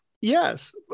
Yes